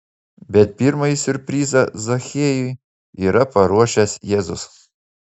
bet pirmąjį siurprizą zachiejui yra paruošęs jėzus